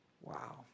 Wow